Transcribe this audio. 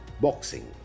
boxing